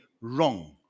wrong